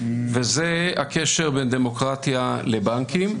וזה הקשר בין דמוקרטיה לבנקים.